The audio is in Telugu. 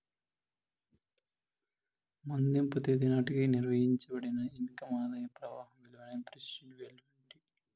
మదింపు తేదీ నాటికి నిర్వయించబడిన ఇన్కమ్ ఆదాయ ప్రవాహం విలువనే ప్రెసెంట్ వాల్యూ అంటీ